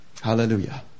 Hallelujah